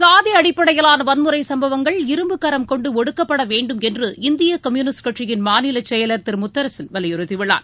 சாதிஅடிப்படையிலானவன்முறைசம்பவங்கள் இரும்புகரம் கொண்டுஒடுக்கப்படவேண்டும் என்று இந்தியகம்யூனிஸ்ட் கட்சியின் மாநிலசெயலாளர் திருமுத்தரசன் வலியுறுத்தியுள்ளார்